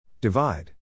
Divide